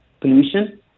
pollution